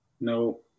No